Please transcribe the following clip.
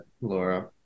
Laura